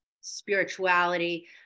spirituality